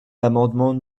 l’amendement